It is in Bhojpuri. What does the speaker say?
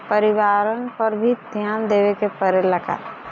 परिवारन पर भी ध्यान देवे के परेला का?